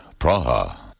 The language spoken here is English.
Praha